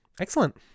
Excellent